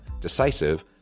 decisive